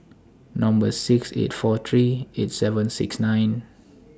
Number six eight four three eight seven six nine